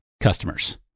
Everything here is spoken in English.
customers